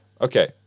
Okay